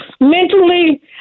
mentally